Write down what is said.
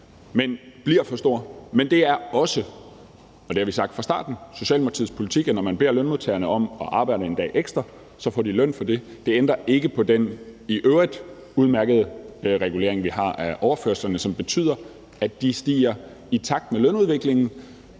men det er også – og det har vi sagt fra starten – Socialdemokratiets politik, at når man beder lønmodtagerne om at arbejde en dag ekstra, så får de løn for det. Det ændrer ikke på den i øvrigt udmærkede regulering, vi har af overførslerne, som betyder, at de stiger i takt med lønudviklingen